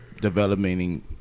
developing